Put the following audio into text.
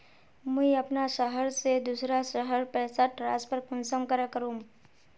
मुई अपना शहर से दूसरा शहर पैसा ट्रांसफर कुंसम करे करूम?